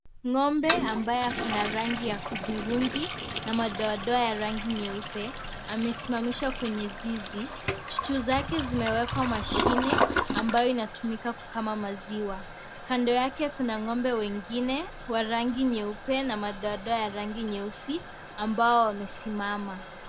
Ngombe ambaye ako na rangi ya hudhurungi na madoadoa ya rangi nyeupe amesimamaishwa kwenye zizi, chuchu zake zimewekwa mashine ambayo inatumika kukama maziwa, kando yake kuna ngombe wengine wa rangi nyeupe na madoadoa ya rangi nyeusi ambao wamesimama.